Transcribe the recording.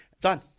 Done